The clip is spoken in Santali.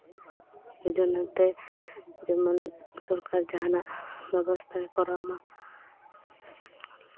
ᱮᱭ ᱡᱚᱱᱱᱚ ᱛᱮ ᱡᱮᱢᱚᱱ ᱥᱚᱨᱠᱟᱨ ᱡᱟᱦᱟᱸᱱᱟᱜ ᱵᱮᱵᱚᱥᱛᱷᱟᱭ ᱠᱚᱨᱟᱣ ᱢᱟ